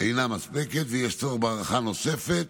אינה מספקת, ויש צורך בהארכה נוספת